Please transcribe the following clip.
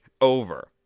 over